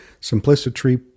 simplicity